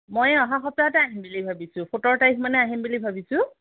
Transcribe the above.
মই এই অহা সপ্তাহতে আহিম বুলি ভাবিছোঁ সোতৰ তাৰিখ মানে আহিম বুলি ভাবিছোঁ